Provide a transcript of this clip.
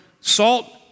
salt